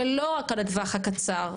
ולא רק על הטווח הקצר,